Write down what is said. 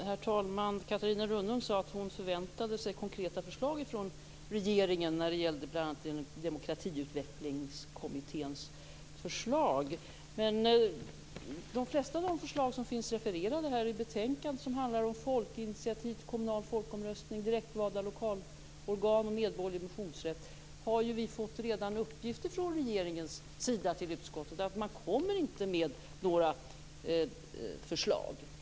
Herr talman! Catarina Rönnung sade att hon förväntade sig konkreta förslag från regeringen beträffande bl.a. Demokratiutvecklingskommitténs förslag. Men när det gäller de flesta av de förslag som finns refererade i betänkandet - folkinitiativ till kommunal folkomröstning, direktvalda lokalorgan, medborgerlig motionsrätt - har vi i utskottet ju redan fått uppgifter från regeringen om att man inte kommer med några förslag.